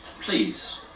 Please